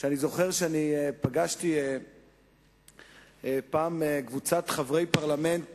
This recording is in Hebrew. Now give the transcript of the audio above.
אני זוכר שפגשתי פעם קבוצת חברי פרלמנט